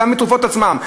גם בתרופות עצמן.